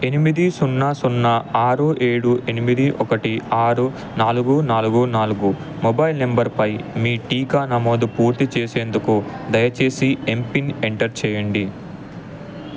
ఎనిమిది సున్నా సున్నా ఆరు ఏడు ఎనిమిది ఒకటి ఆరు నాలుగు నాలుగు నాలుగు మొబైల్ నంబర్పై మీ టీకా నమోదు పూర్తి చేసేందుకు దయచేసి ఎంపిన్ ఎంటర్ చెయ్యండి